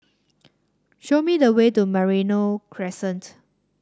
show me the way to Merino Crescent